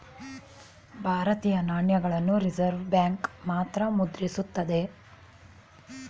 ಭಾರತೀಯ ನಾಣ್ಯಗಳನ್ನ Reserve Bank ಮಾತ್ರ ಮುದ್ರಿಸುತ್ತದೆ